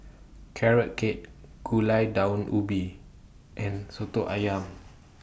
Carrot Cake Gulai Daun Ubi and Soto Ayam